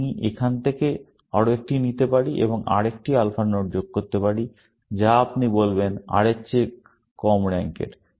আমি এখান থেকে আরও একটি নিতে পারি এবং আরেকটি আলফা নোড যোগ করতে পারি যা আপনি বলবেন R এর চেয়ে কম র্যাঙ্ক এর